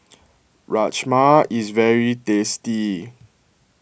Rajma is very tasty